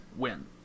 win